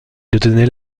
détenait